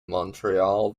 montreal